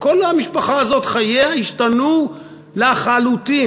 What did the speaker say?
כל המשפחה הזאת, חייה השתנו לחלוטין.